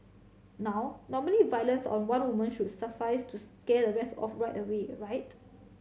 now normally violence on one woman should suffice to scare the rest off right away right